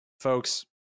folks